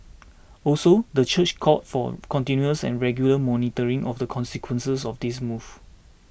also the church called for continuous and regular monitoring of the consequences of this move